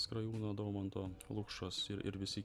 skrajūno daumanto lukšos ir ir visi